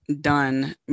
done